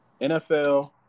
NFL